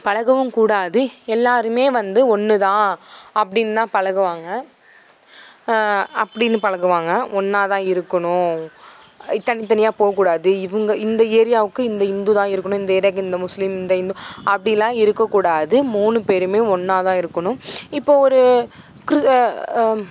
பழகவும் கூடாது எல்லாருமே வந்து ஒன்றுதான் அப்படின்னு தான் பழகுவாங்க அப்படின்னு பழகுவாங்க ஒன்றா தான் இருக்கணும் தனித்தனியாக போகக்கூடாது இவங்க இந்த ஏரியாவுக்கு இந்த இந்து தான் இருக்கணும் இந்த ஏரியாவுக்கு இந்த முஸ்லீம் இந்த இந்து அப்படிலாம் இருக்கக்கூடாது மூணு பேருமே ஒன்றா தான் இருக்கணும் இப்போது ஒரு கிறிஸ்